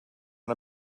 ond